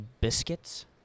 Biscuits